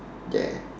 ya